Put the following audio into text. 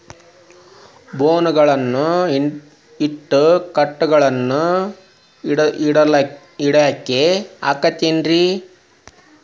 ಬೋನ್ ಗಳನ್ನ ಇಟ್ಟ ಕೇಟಗಳನ್ನು ತಡಿಯಾಕ್ ಆಕ್ಕೇತೇನ್ರಿ?